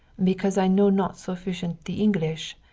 because i know not sufficient the english.